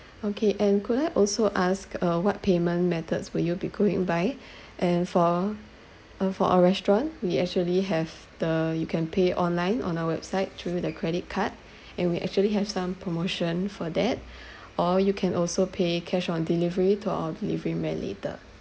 okay and could I also ask uh what payment methods will you be going by and for our uh for our restaurant we actually have the you can pay online on our website through the credit card and we actually have some promotion for that or you can also pay cash on delivery to our delivery man later